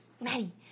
Maddie